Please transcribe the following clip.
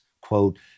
Quote